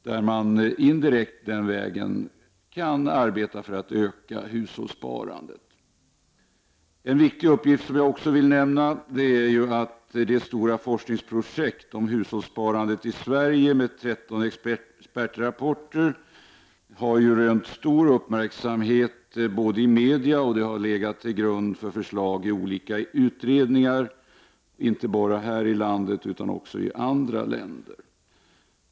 Den vägen kan man indirekt arbeta för att öka hushållssparandet. En annan viktig uppgift som jag vill nämna är det stora forskningsprojektet om hushållssparandet i Sverige med 13 expertrapporter. Det har både rönt stor uppmärksamhet i massmedia och legat till grund för förslag i olika utredningar, inte bara här i landet utan också i andra länder.